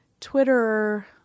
Twitter